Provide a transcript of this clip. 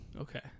Okay